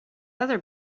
other